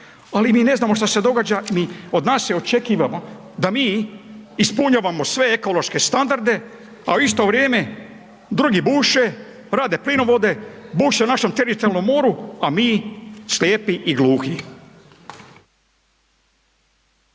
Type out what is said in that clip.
ali mi ne znamo šta se događa. Od nas se očekiva da mi ispunjavamo sve ekološke standarde, a u isto vrijeme drugi buše, rade plinovode, buše u našem teritorijalnom moru, a mi slijepi i gluhi.